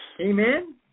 Amen